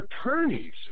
attorneys